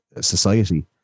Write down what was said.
society